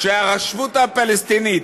כשהרשות הפלסטינית